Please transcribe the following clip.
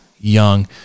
Young